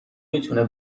میتونه